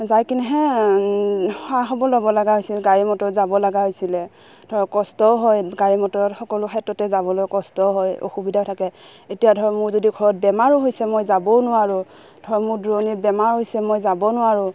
যাই কিনেহে খা খবৰ ল'ব লগা হৈছিল গাড়ী মটৰত যাব লগা হৈছিলে ধৰক কষ্টও হয় গাড়ী মটৰত সকলো ক্ষেত্ৰতে যাবলৈ কষ্টও হয় অসুবিধা থাকে এতিয়া ধৰ মোৰ যদি ঘৰত বেমাৰো হৈছে মই যাবও নোৱাৰোঁ ধৰ মোৰ দূৰণিত বেমাৰো হৈছে মই যাব নোৱাৰোঁ